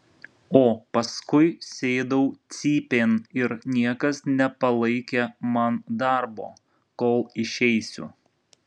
o paskui sėdau cypėn ir niekas nepalaikė man darbo kol išeisiu